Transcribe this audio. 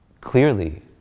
Clearly